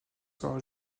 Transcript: sera